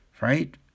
Right